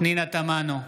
פנינה תמנו,